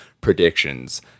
predictions